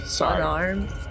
Unarmed